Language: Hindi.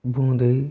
बुंदरी